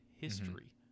history